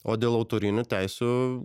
o dėl autorinių teisių